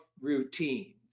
routines